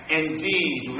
indeed